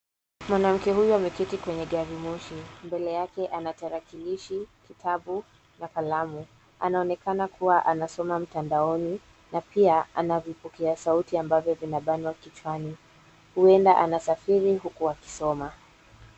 Mwanamke huyu ameketi kwenye gari moshi. Mbele yake ana tarakilishi, kitabu, na kalamu. Anaonekana kuwa anasoma mtandaoni, na pia ana vipokea sauti ambavyo vinabanwa kichwani. Huenda anasafiri huku wakisoma.